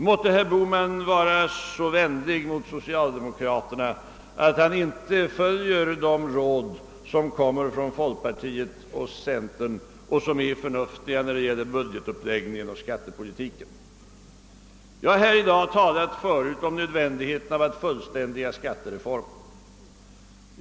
Måtte herr Bohman vara så vänlig mot socialdemokraterna, att han inte följer de råd som kommer från folkpartiet och centern och som är förnuftiga när det gäller budgetuppläggningen och skattepolitiken! Jag har förut i dag talat om nödvändigheten av att fullständiga skattereformen.